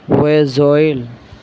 visual